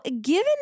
given